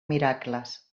miracles